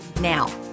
now